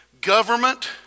government